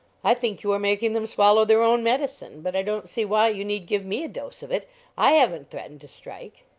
i think you are making them swallow their own medicine, but i don't see why you need give me a dose of it i haven't threatened to strike.